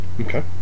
Okay